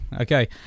okay